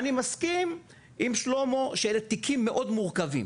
אני מסכים עם שלמה שאלה תיקים מאוד מרוכבים